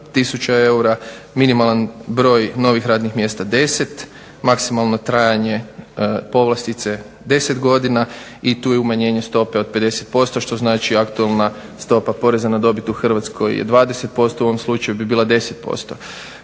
eura, minimalan broj novih radnih mjesta 10, maksimalno trajanje povlastice 10 godina i tu je umanjenje stope od 50% što znači aktualna stopa poreza na dobit u Hrvatskoj je 20%, u ovom slučaju bi bila 10%.